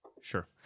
Sure